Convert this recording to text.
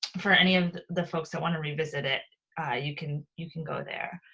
for any of the folks that wanna revisit it you can you can go there.